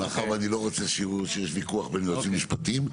מאחר ואני לא רוצה שיראו שיש ויכוח בין יועצים משפטיים,